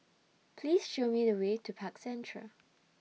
Please Show Me The Way to Park Central